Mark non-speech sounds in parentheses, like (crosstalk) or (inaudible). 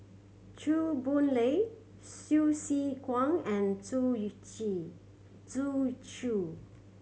Chew Boon Lay Hsu Tse Kwang and Zhu (unintelligible) Zhu Xu